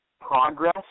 progress